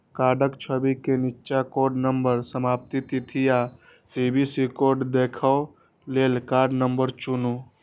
कार्डक छवि के निच्चा कार्ड नंबर, समाप्ति तिथि आ सी.वी.वी कोड देखै लेल कार्ड नंबर चुनू